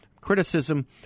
criticism